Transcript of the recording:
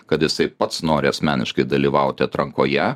kad jisai pats nori asmeniškai dalyvauti atrankoje